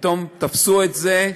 פתאום תפסו את זה,